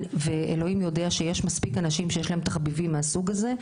ואלוהים יודע שיש מספיק אנשים תחביבים מהסוג הזה,